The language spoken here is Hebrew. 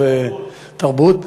הספורט והתרבות.